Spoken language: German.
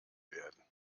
werden